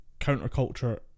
counterculture